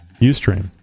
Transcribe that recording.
Ustream